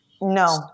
No